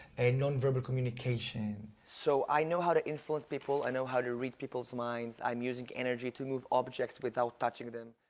and nonverbal communication. so i know how to influence people, i know how to read people's minds. i'm using energy to move objects without touching them.